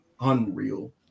unreal